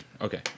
Okay